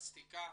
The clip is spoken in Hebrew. לסטטיסטיקה